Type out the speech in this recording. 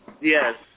Yes